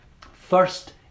first